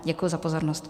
Děkuji za pozornost.